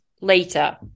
later